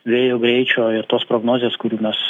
vėjo greičio ir tos prognozės kurių mes